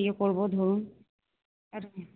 ইয়ে করব ধরুন